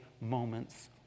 moments